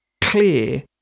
clear